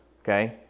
Okay